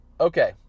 okay